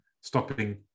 stopping